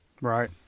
right